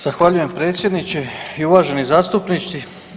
Zahvaljujem predsjedniče i uvaženi zastupnici.